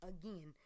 again